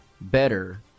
better